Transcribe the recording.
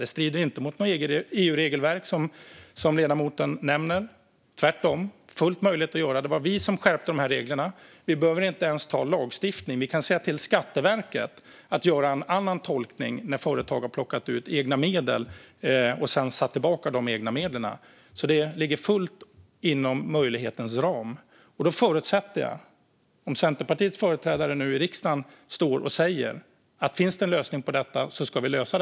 Det strider inte mot något EU-regelverk, som ledamoten nämnde, utan det är tvärtom fullt möjligt att göra. Det var vi som skärpte dessa regler. Vi behöver inte ens anta lagstiftning, utan vi kan säga till Skatteverket att göra en annan tolkning när företag har plockat ut egna medel och sedan satt tillbaka de egna medlen. Det ligger fullt inom möjlighetens ram. Centerpartiets företrädare står nu i riksdagen och säger att man ska lösa detta om det finns en lösning på det.